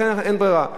לכן אין ברירה.